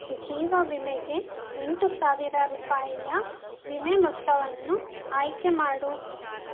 ಜೀವ ವಿಮೆಗೆ ಎಂಟು ಸಾವಿರ ರೂಪಾಯಿಯ ವಿಮೆ ಮೊತ್ತವನ್ನು ಆಯ್ಕೆ ಮಾಡು